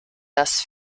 das